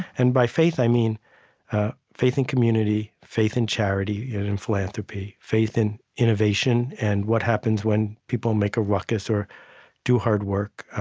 and by faith i mean ah faith in community, faith in charity and in philanthropy, faith in innovation and what happens when people make a ruckus or do hard work,